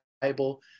Bible